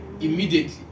Immediately